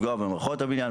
שאין לפגוע במערכות הבניין,